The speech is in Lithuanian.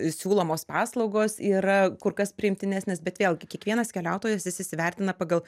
siūlomos paslaugos yra kur kas priimtinesnės bet vėlgi kiekvienas keliautojas jis įsivertina pagal